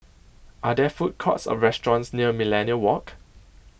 are there food courts or restaurants near Millenia Walk